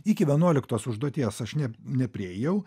iki vienuoliktos užduoties aš ne nepriėjau